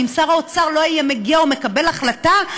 ואם שר האוצר לא היה מגיע ומקבל החלטה,